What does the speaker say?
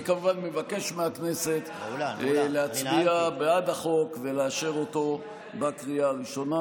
אני כמובן מבקש מהכנסת להצביע בעד החוק ולאשר אותו בקריאה הראשונה.